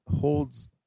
holds